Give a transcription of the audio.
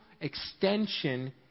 extension